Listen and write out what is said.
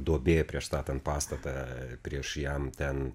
duobė prieš statant pastatą prieš jam ten